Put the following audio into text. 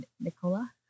Nicola